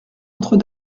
notre